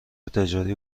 تجاری